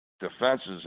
defenses